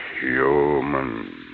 Human